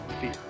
fear